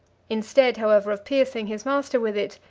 instead, however, of piercing his master with it,